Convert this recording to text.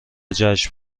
جشن